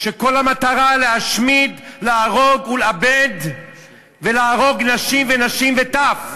כשכל המטרה להשמיד, להרוג ולאבד נשים וטף.